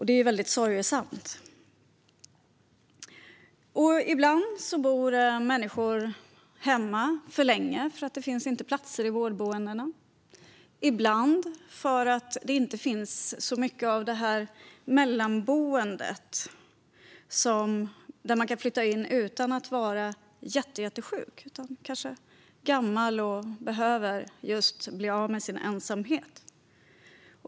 Det är väldigt sorgesamt. Ibland bor människor hemma för länge eftersom det inte finns plats på vårdboende. Det handlar ibland om att det inte finns så mycket av mellanboenden där man kan flytta in utan att vara jättesjuk. Man kanske bara är gammal och behöver bli av med sin ensamhet.